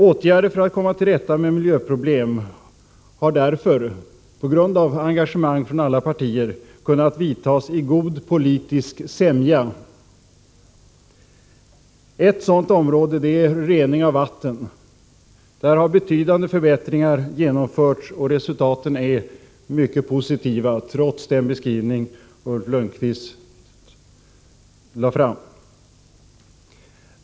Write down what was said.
Åtgärder för att komma till rätta med miljöproblem har därför, genom engagemang från alla partier, kunnat vidtas i god politisk sämja. Ett sådant aktuellt område är rening av vatten. Där har betydande förbättringar genomförts, och resultaten är mycket positiva — trots den beskrivning Ulf Lönnqvist förde fram.